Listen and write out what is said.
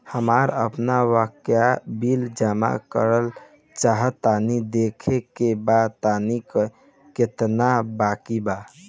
हमरा आपन बाकया बिल जमा करल चाह तनि देखऽ के बा ताई केतना बाकि बा?